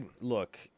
look